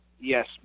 Yes